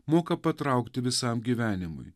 moka patraukti visam gyvenimui